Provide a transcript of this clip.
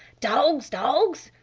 dogs? dogs?